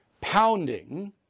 pounding